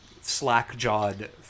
Slack-jawed